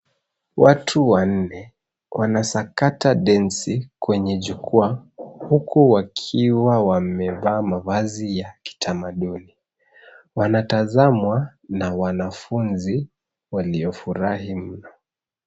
Watu wanne wanasakata densi kwenye jukwaa, huku wakiwa wamevaa mavazi ya kitamaduni. Wanatazamwa na wanafunzi waliofurahi mno.